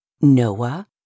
Noah